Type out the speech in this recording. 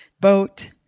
boat